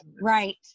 right